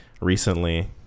recently